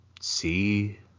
see